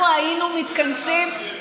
אם אנחנו היינו מתכנסים,